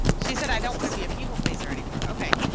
she said i don't want to be a people pleaser anymore. okay.